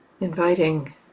inviting